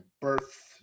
birth